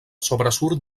sobresurt